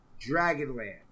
Dragonland